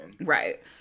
right